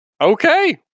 Okay